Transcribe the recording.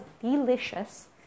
delicious